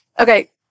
Okay